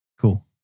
Cool